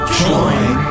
join